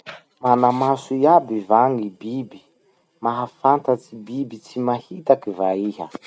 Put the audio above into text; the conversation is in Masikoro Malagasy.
Mana maso aby va gny biby? Mahafantatsy biby tsy mahitaky va iha?